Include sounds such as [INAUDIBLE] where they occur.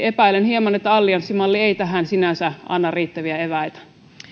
[UNINTELLIGIBLE] epäilen hieman että allianssimalli ei tähän sinänsä anna riittäviä eväitä